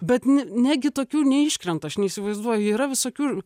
bet ne negi tokių neiškrenta aš neįsivaizduoju yra visokių